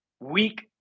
weak